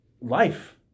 life